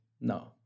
no